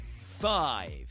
five